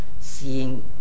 seeing